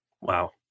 Wow